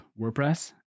WordPress